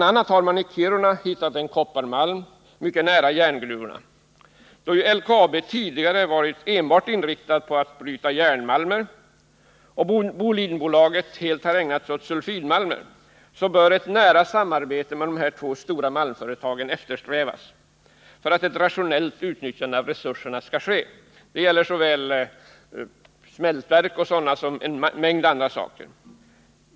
a. har man i Kiruna hittat en kopparmalm mycket nära järngruvorna. Då LKAB tidigare varit enbart inriktat på att bryta järnmalmer och Bolidenbolaget helt har ägnat sig åt sulfidmalmer, bör ett nära samarbete mellan dessa två stora malmföretag eftersträvas för att ett rationellt utnyttjande av resurserna skall ske. Det gäller såväl smältverk m.m. som en mängd andra saker.